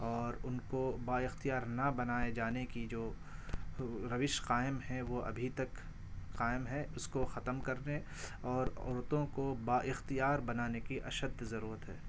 اور ان کو بااختیار نہ بنائے جانے کی جو روش قائم ہے وہ ابھی تک قائم ہے اس کو ختم کرنے اور عورتوں کو با اختیار بنانے کی اشد ضرورت ہے